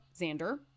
Xander